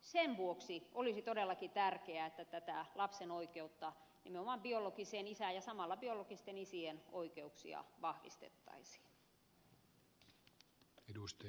sen vuoksi olisi todellakin tärkeää että tätä lapsen oikeutta nimenomaan biologiseen isään ja samalla biologisten isien oikeuksia vahvistettaisiin